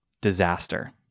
disaster